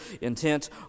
intent